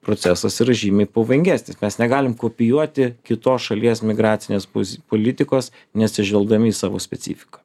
procesas yra žymiai pavojingesnis mes negalim kopijuoti kitos šalies migracinės poz politikos neatsižvelgdami į savo specifiką